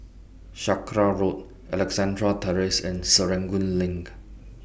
Sakra Road Alexandra Terrace and Serangoon LINK